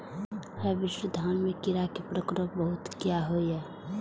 Hybrid धान में कीरा के प्रकोप बहुत किया होया?